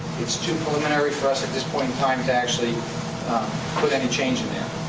it's too preliminary for us, at this point in time, to actually put any change in there.